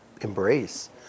embrace